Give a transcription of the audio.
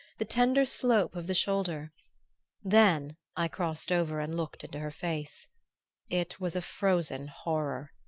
the tender slope of the shoulder then i crossed over and looked into her face it was a frozen horror.